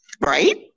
Right